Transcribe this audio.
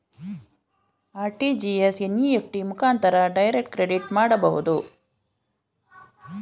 RTGS, NEFT ಮುಖಾಂತರ credit ಕ್ರೆಡಿಟ್ ಮಾಡಬಹುದು